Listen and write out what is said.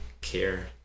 care